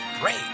great